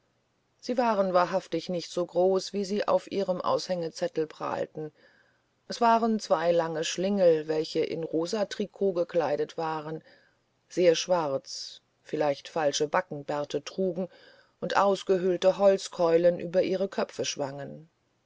sie waren wahrhaftig nicht so groß wie sie auf ihrem aushängezettel prahlten es waren zwei lange schlingel welche in rosatrikot gekleidet gingen sehr schwarze vielleicht falsche backenbärte trugen und ausgehöhlte holzkeulen über ihre köpfe schwangen